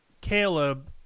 Caleb